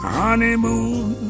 honeymoon